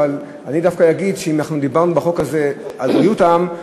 אבל אני דווקא אגיד שאם דיברנו בחוק הזה על בריאות העם,